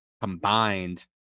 Combined